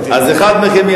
מתואמים.